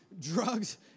drugs